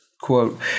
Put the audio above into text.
quote